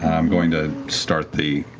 i'm going to start the,